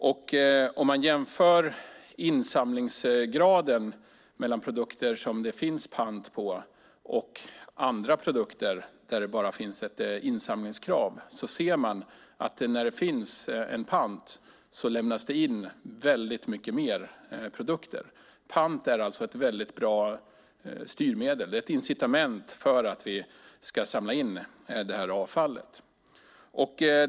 Om man jämför insamlingsgraden av produkter som det finns pant på med insamlingsgraden av andra produkter där det bara finns ett insamlingskrav ser man att det lämnas in väldigt mycket mer produkter när det finns en pant. Pant är ett bra styrmedel och ett incitament för att vi ska samla in detta avfall.